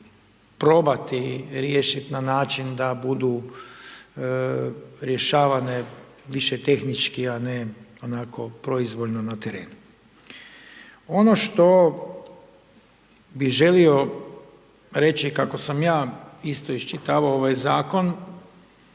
probati riješit na način da budu rješavane više tehnički a ne onako proizvoljno na terenu. Ono što bi želio reći kako sam ja isto iščitavao ovaj zakon,